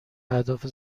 اهداف